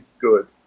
good